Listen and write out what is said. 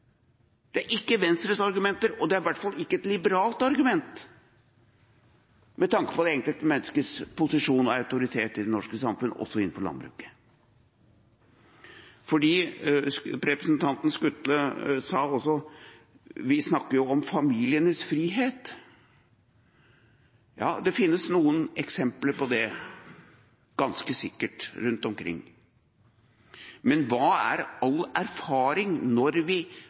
Det er ikke Venstres argumenter, og det er i hvert fall ikke et liberalt argument, med tanke på det enkelte menneskets posisjon og autoritet i det norske samfunn, også innenfor landbruket. Representanten Skutle sa at vi snakker også om familienes frihet. Ja, det finnes noen eksempler på det, ganske sikkert, rundt omkring. Men hva er all erfaring når vi